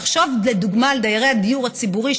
תחשוב לדוגמה על דיירי הדיור הציבורי,